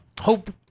Hope